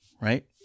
right